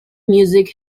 music